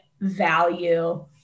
value